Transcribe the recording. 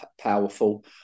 powerful